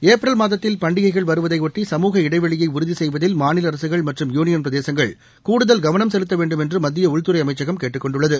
April மாதத்தில் பண்டிகைகள் வருவதையொட்டி சமூக இடைவெளியை உறுதி செய்வதில் மாநில அரசுகள் மற்றும் யூனியன்பிரதேங்கள் கூடுதல் கவனம் செலுத்த வேண்டும் என்று மத்திய உள்துறை அமைச்சகம் கேட்டுக் கொண்டுள்ளது